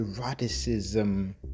eroticism